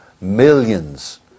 millions